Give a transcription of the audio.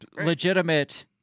legitimate